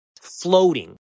floating